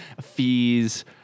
fees